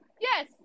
Yes